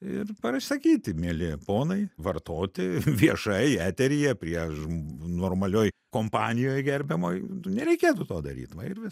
ir pasakyti mieli ponai vartoti viešai eteryje prie žm normalioj kompanijoj gerbiamoj nereikėtų to daryti va ir vis